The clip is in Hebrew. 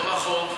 לא נכון.